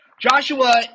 Joshua